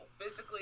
Physically